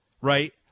right